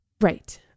Right